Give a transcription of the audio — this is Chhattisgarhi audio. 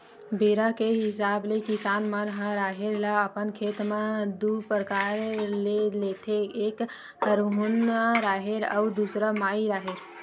बेरा के हिसाब ले किसान मन ह राहेर ल अपन खेत म दू परकार ले लेथे एक हरहुना राहेर अउ दूसर माई राहेर